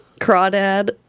Crawdad